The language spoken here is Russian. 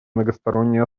многосторонней